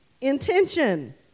intention